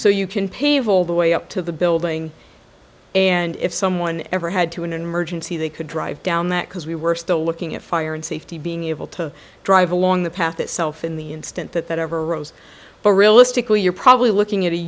so you can pave all the way up to the building and if someone ever had to in an emergency they could drive down that because we were still looking at fire and safety being able to drive along the path itself in the instant that that ever rose but realistically you're probably looking at